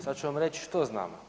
Sada ću vam reći što znamo.